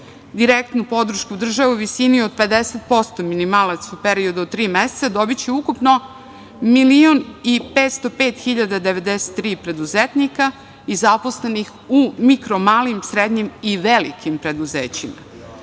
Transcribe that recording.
Direktnu podršku države u visini od 50% minimalca u periodu od tri meseca dobiće ukupno 1.505.093 preduzetnika i zaposlenih u mikro, malim, srednjim i velikim preduzećima.